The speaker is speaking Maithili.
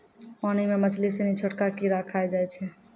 पानी मे मछली सिनी छोटका कीड़ा खाय जाय छै